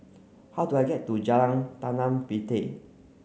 how do I get to Jalan Tanah Puteh